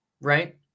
right